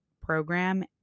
program